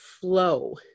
flow